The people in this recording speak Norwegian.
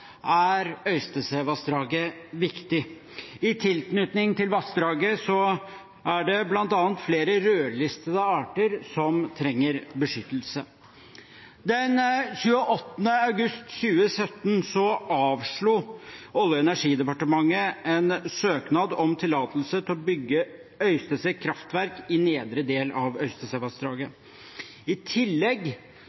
er Øystesevassdraget viktig. I tilknytning til vassdraget er det bl.a. flere rødlistede arter som trenger beskyttelse. Den 28. august 2017 avslo Olje- og energidepartementet en søknad om tillatelse til å bygge Øystese kraftverk i nedre del av Øystesevassdraget.